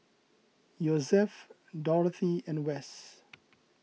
Yosef Dorathy and Wes